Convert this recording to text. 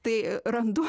tai e randu